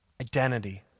Identity